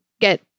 get